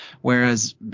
whereas